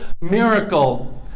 Miracle